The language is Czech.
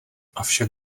avšak